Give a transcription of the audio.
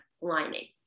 lining